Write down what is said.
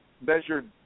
measured